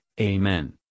Amen